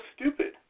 stupid